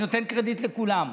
אני נותן קרדיט לכולם.